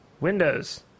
Windows